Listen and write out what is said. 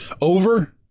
Over